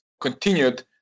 continued